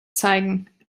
zeigen